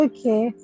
Okay